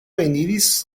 eniris